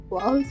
Wow